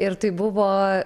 ir tai buvo